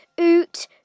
oot